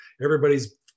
everybody's